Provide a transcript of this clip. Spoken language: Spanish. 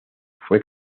fue